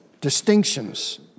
distinctions